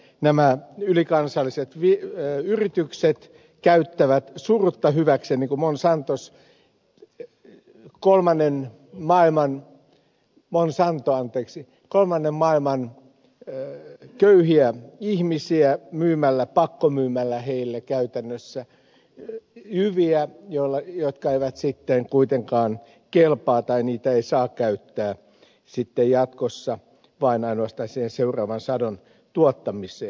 laxellkin viittasi että nämä ylikansalliset yritykset käyttävät surutta hyväkseen niin kuin monsanto kolmannen maailman köyhiä ihmisiä myymällä heille pakkomyymällä käytännössä jyviä jotka eivät sitten kuitenkaan kelpaa tai joita ei saa käyttää sitten jatkossa vaan ainoastaan seuraavan sadon tuottamiseen